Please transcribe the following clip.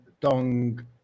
dong